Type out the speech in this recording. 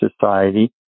Society